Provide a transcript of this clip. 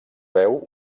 veu